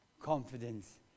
confidence